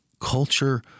culture